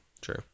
True